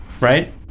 Right